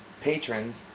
patrons